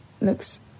looks